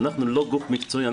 אנחנו לא גוף מקצועי,